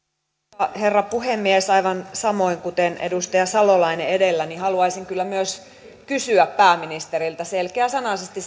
arvoisa herra puhemies aivan samoin kuten edustaja salolainen edellä haluaisin kyllä myös kysyä pääministeriltä selkeäsanaisesti